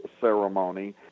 ceremony